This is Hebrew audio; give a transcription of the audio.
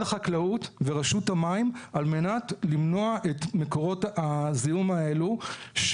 החקלאות ורשות המים על מנת למנוע את מקורות הזיהום האלו.